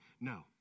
No